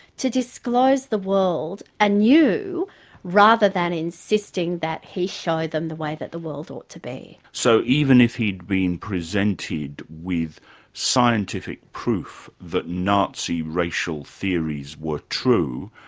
to disclose the world anew rather than insisting that he show them the way the world ought to be. so even if he'd been presented with scientific proof that nazi racial theories were true,